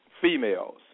females